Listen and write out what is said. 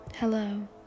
Hello